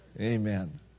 Amen